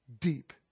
deep